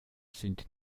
sind